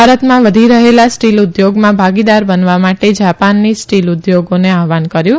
ભારતમાં વધી રહેલા સ્ટીલ ઉદ્યોગમાં ભાગીદાર બનવા માટે જાપાની સ્ટીલ ઉદ્યોગને આહવાન કર્યુ